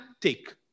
Take